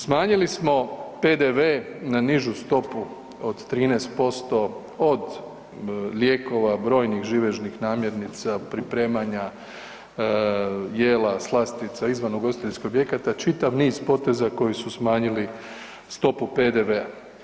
Smanjili smo PDV na nižu stopu od 13% od lijekova, brojnih živežnih namirnica, pripremanja jela, slastica izvan ugostiteljskih objekta, čitav niz poteza koji su smanjili stopu PDV-a.